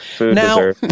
Now